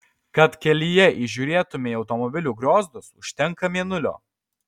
kad kelyje įžiūrėtumei automobilių griozdus užtenka mėnulio